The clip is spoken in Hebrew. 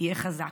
תהיה חזק.